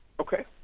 Okay